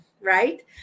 Right